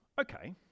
okay